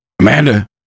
Amanda